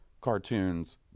cartoons